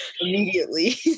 immediately